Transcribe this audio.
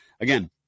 again